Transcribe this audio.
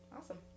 Awesome